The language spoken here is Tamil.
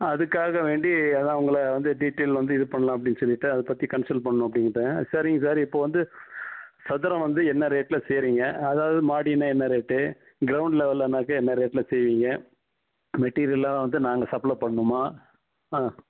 அதுக்காக வேண்டி அதுதான் உங்களை வந்து டீட்டெயில் வந்து இது பண்ணலாம் அப்டினு சொல்லிட்டு அதை பற்றி கன்ஸல் பண்ணணும் அப்டினு இருந்தேன் சரிங்க சார் இப்போது வந்து சதுரம் வந்து என்ன ரேட்டில் செய்கிறிங்க அதாவது மாடினா என்ன ரேட்டு க்ரௌண்ட் லெவலுன்னாக்கா என்ன ரேட்டில் செய்வீங்க மெட்டிரியல்லாம் வந்து நாங்கள் சப்ளே பண்ணணுமா ஆ